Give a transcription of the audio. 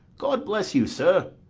god bless you, sir.